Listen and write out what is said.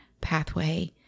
pathway